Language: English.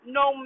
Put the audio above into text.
no